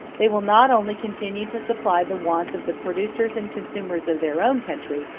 they will not only continue to supply the wants of the producers and consumers of their own country,